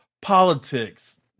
politics